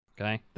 Okay